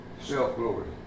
Self-glory